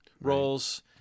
roles